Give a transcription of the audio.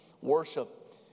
worship